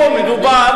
פה מדובר